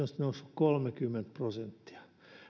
nousseet kolmekymmentä prosenttia